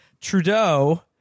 Trudeau